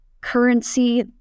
currency